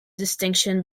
distinction